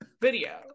video